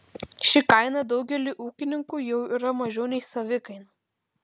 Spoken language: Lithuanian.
ši kaina daugeliui ūkininkų jau yra mažiau nei savikaina